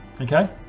Okay